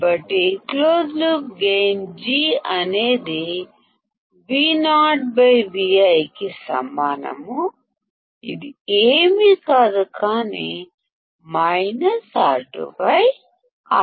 కాబట్టి close loop gain G అనేది Vo Vi కి సమానం ఇది ఏమీ కాదు కానీ మైనస్ R2 R1